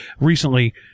recently